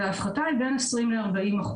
וההפחתה היא בין 20% ל-40%.